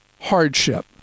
hardship